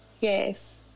Yes